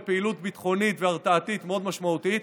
לפעילות ביטחונית והרתעתית מאוד משמעותית,